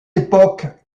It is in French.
époque